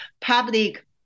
public